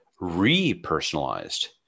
repersonalized